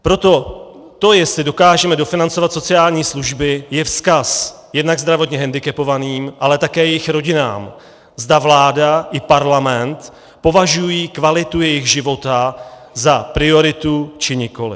Proto to, jestli dokážeme dofinancovat sociální služby, je vzkaz jednak zdravotně hendikepovaným, ale také jejich rodinám, zda vláda i parlament považují kvalitu jejich života za prioritu, či nikoliv.